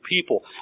people